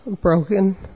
broken